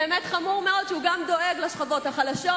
באמת חמור מאוד שהוא גם דואג לשכבות החלשות.